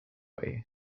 way